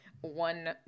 one